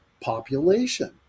population